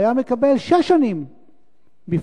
הוא היה מקבל שש שנים בפנים.